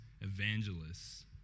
evangelists